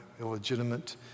illegitimate